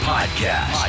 Podcast